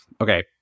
Okay